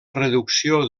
reducció